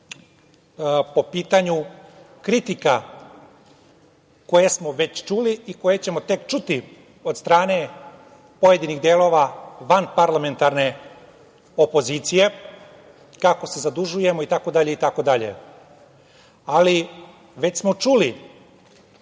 po pitanju kritika koje smo već čuli i koje ćemo tek čuti od strane pojedinih delova vanparlamentarne opozicije, kako se zadužujemo, itd. ali, već smo čuli